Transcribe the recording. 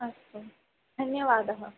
अस्तु धन्यवादः